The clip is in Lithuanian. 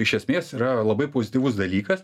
iš esmės yra labai pozityvus dalykas